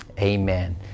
amen